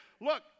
look